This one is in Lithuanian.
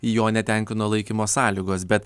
jo netenkino laikymo sąlygos bet